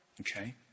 okay